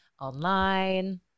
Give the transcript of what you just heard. online